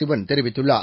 சிவன் தெரிவித்துள்ளார்